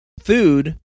food